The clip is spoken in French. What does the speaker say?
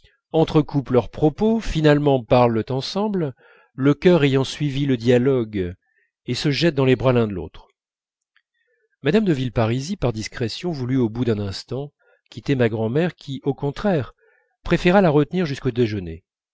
entrecoupent leurs propos finalement parlent ensemble le cœur ayant suivi le dialogue et se jettent dans les bras l'un de l'autre mme de villeparisis par discrétion voulut au bout d'un instant quitter ma grand'mère qui au contraire préféra la retenir jusqu'au déjeuner